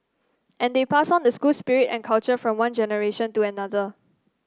and they pass on the school spirit and culture from one generation to another